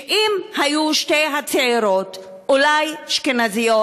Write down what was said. שאם היו שתי הצעירות אולי אשכנזיות,